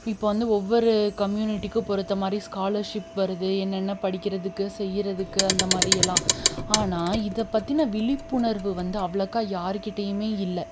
இப்போது வந்து ஒவ்வொரு கமியூனிட்டிக்கு பொறுத்தமாதிரி ஸ்காலர்ஷிப் வருது என்னனென்ன படிக்கிறதுக்கு செய்யுறதுக்கு அந்தமாதிரியெல்லாம் ஆனால் இதை பற்றின விழிப்புணர்வு வந்து அவ்வளோக்கா யாருகிட்டயும் இல்லை